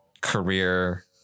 career